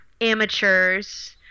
amateurs